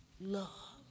Love